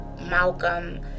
Malcolm